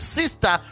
sister